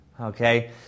Okay